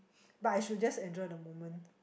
but I should just enjoy the moment